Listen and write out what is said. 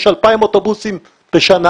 יש 2,000 אוטובוסים בשנה,